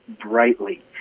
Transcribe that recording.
brightly